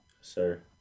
Sir